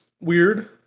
weird